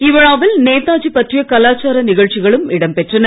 இவ்விழாவில் நேதாஜி பற்றிய கலாச்சார நிகழ்ச்சிகளும் இடம் பெற்றன